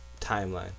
timeline